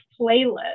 playlist